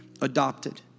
adopted